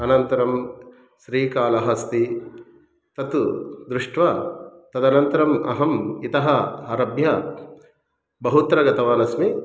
अनन्तरं श्रीकालहस्ति तत् दृष्ट्वा तदनन्तरम् अहम् इतः आरभ्य बहुत्र गतवानस्मि